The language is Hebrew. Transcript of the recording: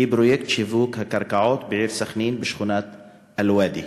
היא פרויקט שיווק הקרקעות בעיר סח'נין בשכונת אל-ואדי.